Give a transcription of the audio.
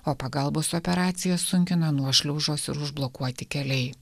o pagalbos operacijas sunkina nuošliaužos ir užblokuoti keliai